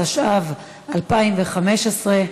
התשע"ו 2015,